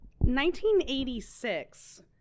1986